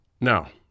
Now